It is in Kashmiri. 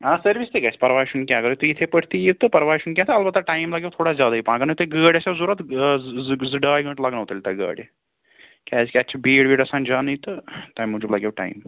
آ سٔروِس تہِ گَژھِ پرواے چھُ نہٕ کینٛہہ اگَرَے تُہۍ یِتھے پٲٹھۍ تہِ یِیِو تہٕ پرواے چھُ نہٕ کینٛہہ البتہ ٹایم لَگیو تھوڑا زیادے پَہَم اگر تۄہہِ گٲڑۍ آسیو ضوٚرتھ زٕ ڈاے گٲنٹہٕ لَگنَس تیٚلہِ تۄہہِ گاڑِ کیازکہِ اتہِ چھِ بیٖڑ ویٖڑ آسان جانٕے تہٕ تَمہِ موٗجوٗب لَگیو ٹایم